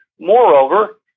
Moreover